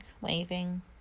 waving